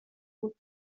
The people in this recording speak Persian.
بود